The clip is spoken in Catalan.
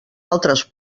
altres